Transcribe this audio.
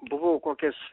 buvau kokias